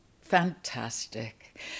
Fantastic